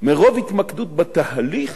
מרוב התמקדות בתהליך